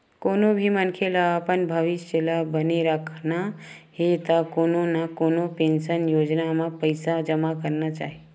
कोनो भी मनखे ल अपन भविस्य ल बने राखना हे त कोनो न कोनो पेंसन योजना म पइसा जमा करना चाही